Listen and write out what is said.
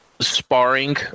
sparring